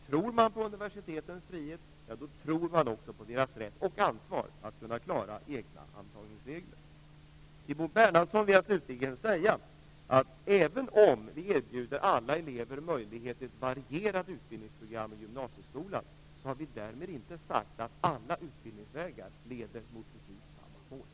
Tror man på universitetens frihet, tror man också på deras rätt och ansvar att kunna klara egna antagningsregler. Till Bo Bernhardsson vill jag slutligen säga, att även om vi erbjuder alla elever möjlighet till ett varierat utbildningsprogram i gymnasieskolan, har vi därmed inte sagt att alla utbildningsvägar leder mot precis samma mål.